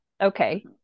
okay